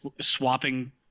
swapping